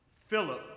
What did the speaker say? Philip